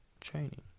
training